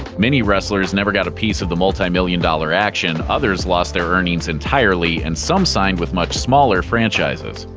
many wrestlers never got a piece of the multimillion-dollar action, others lost their earnings entirely, and some signed with much smaller franchises.